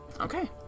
Okay